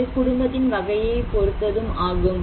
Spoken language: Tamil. இது குடும்பத்தின் வகையை பொறுத்ததும் ஆகும்